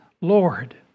Lord